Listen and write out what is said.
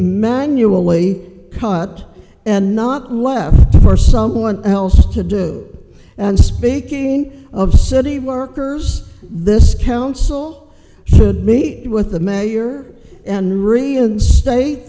manually cut and not left for someone else to do and speaking of city workers this council should meet with the mayor and reinstate